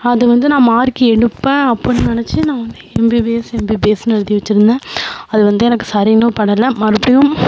அது வந்து நான் மார்க் எடுப்பேன் அப்பட்னு நினச்சி நான் வந்து எம்பிபிஎஸ் எம்பிபிஎஸ்ன்னு எழுதி வச்சிருந்தேன் அது வந்து எனக்கு சரின்னும் படலை மறுபுடியும்